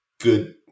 good